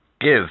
Give